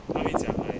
她会讲 like